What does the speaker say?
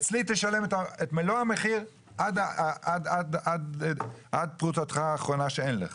אצלי תשלם את מלוא המחיר עד פרוטתך האחרונה שאין לך.